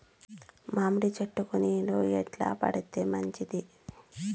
మామిడి చెట్లకు నీళ్లు ఎట్లా పెడితే మంచిది?